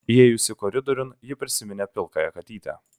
įėjusi koridoriun ji prisiminė pilkąją katytę